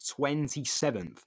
27th